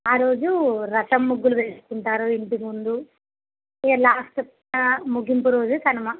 ఆరోజు రథం ముగ్గులు వేసుకుంటారు ఇంటి ముందు ఇక లాస్ట్ ముగింపు రోజు కనుమ